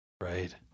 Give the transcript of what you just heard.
Right